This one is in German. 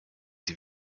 sie